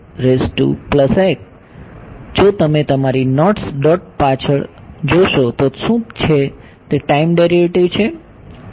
તેથી જો તમે તમારી નોટ્સ ડોટ પર પાછળ જોશો તો તે શું છે તે ટાઈમ ડેરિવેટિવ છે